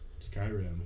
Skyrim